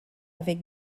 avec